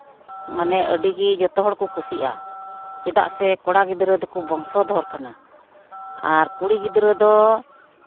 ᱢᱟᱱᱮ ᱟᱹᱰᱤᱜᱮ ᱡᱚᱛᱚ ᱦᱚᱲᱠᱚ ᱠᱩᱥᱤᱜᱼᱟ ᱪᱮᱫᱟᱜ ᱥᱮ ᱠᱚᱲᱟ ᱜᱤᱫᱽᱨᱟᱹ ᱫᱚᱠᱚ ᱵᱚᱝᱥᱚᱫᱷᱚᱨ ᱠᱟᱱᱟ ᱟᱨ ᱠᱩᱲᱤ ᱜᱤᱫᱽᱨᱟᱹ ᱫᱚ